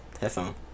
headphone